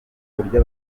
uburyo